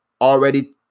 already